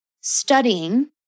studying